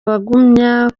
bagumye